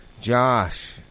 Josh